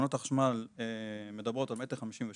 תקנות החשמל מדברות על 1.56 מטרים,